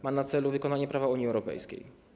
Ma na celu wykonanie prawa Unii Europejskiej.